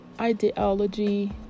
ideology